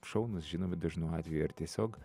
šaunūs žinomi dažnu atveju ar tiesiog